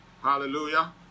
hallelujah